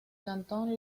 cantón